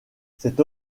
cette